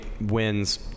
wins